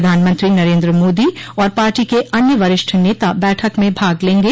प्रधानमंत्री नरेन्द्र मोदी और पार्टी के अन्य वरिष्ठ नेता बैठक में भाग लेंगे